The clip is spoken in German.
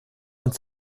und